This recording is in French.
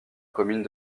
commune